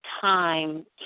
time